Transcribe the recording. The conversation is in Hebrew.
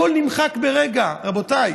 הכול נמחק ברגע, רבותיי.